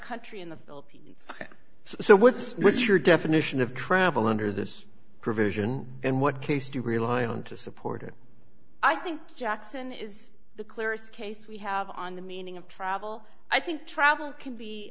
country in the philippines so what's your definition of travel under this provision and what case to rely on to support it i think jackson is the clearest case we have on the meaning of travel i think travel can be